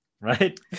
right